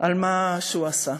על מה שהוא עשה.